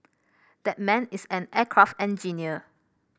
that man is an aircraft engineer